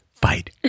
fight